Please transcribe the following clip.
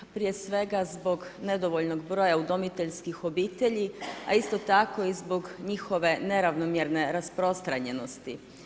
Prije svega zbog nedovoljnog broja udomiteljskih obitelji, a isto tako i zbog njihove neravnomjerne rasprostranjenosti.